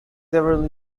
several